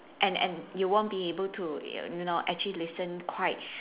and and you won't be able to you know actually listen quite